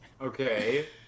Okay